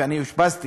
ואני אושפזתי